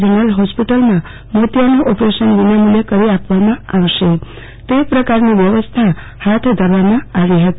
general હોસ્પિટલમાં મોતિયાનું operation વિનામુલ્ચે કરી આપવામાં આવશે તે પ્રકારની વ્યવસ્થા હાથ ધરવામાં આવી હતી